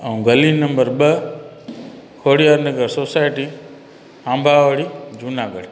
ऐं गली नंबर ॿ खोड़ियार नगर सोसाएटी अंबावाड़ी जूनागढ़